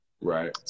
right